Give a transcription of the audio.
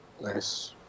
Nice